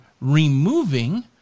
removing